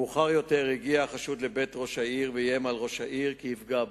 מאוחר יותר הגיע החשוד לבית ראש העיר ואיים על ראש העיר כי יפגע בו.